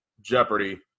Jeopardy